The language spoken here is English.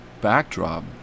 backdrop